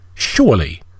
surely